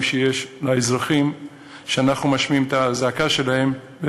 לאזרחים שאנחנו משמיעים את הזעקה שלהם,